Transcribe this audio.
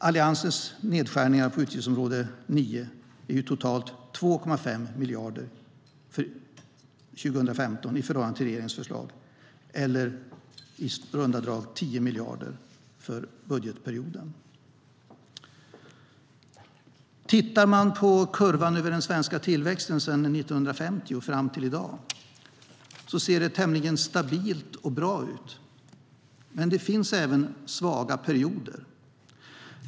Alliansens nedskärningar på utgiftsområde 9 är ju totalt 2,5 miljarder 2015 i förhållande till regeringens förslag, eller i runda tal 10 miljarder för budgetperioden. Tittar man på kurvan över den svenska tillväxten sedan 1950 fram till i dag ser det tämligen stabilt och bra ut, men det finns även svaga perioder.